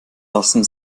lassen